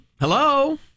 Hello